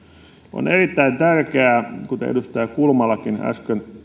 on erittäin tärkeää kuten edustaja kulmalakin äsken